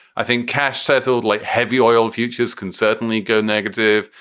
i think cash settled like heavy oil futures can certainly go negative.